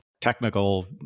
technical